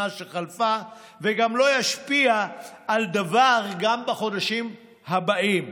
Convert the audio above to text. שחלפה וגם לא ישפיע על דבר גם בחודשים הבאים.